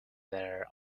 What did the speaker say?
there